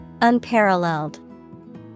Unparalleled